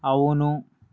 అవును